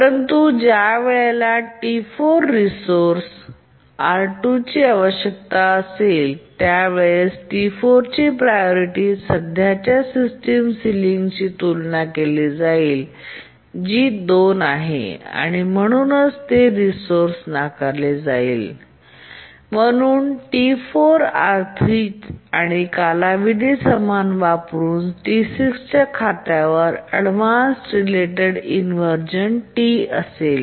परंतु ज्या वेळेस T4 ला रिसोर्स R2 ची आवश्यकता आहे T4 ची प्रायोरिटी सध्याच्या सिस्टीमच्या सिलिंग शी तुलना केली जाईल जी 2 आहे आणि म्हणूनच ते रिसोर्स नाकारले जाईल आणि म्हणून T4 R 3 आणि कालावधी वापरुन T6 खात्यावर अव्हॉईडन्स रिलेटेड इन्व्हरझन T असेल